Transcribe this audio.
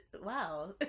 wow